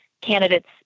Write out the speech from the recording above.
candidates